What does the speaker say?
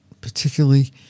particularly